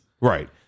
Right